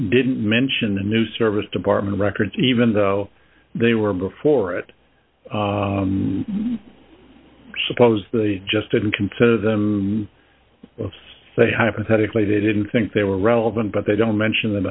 didn't mention the new service department records even though they were before it i suppose the just didn't consider them say hypothetically they didn't think they were relevant but they don't mention them